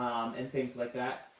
and things like that.